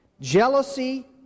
jealousy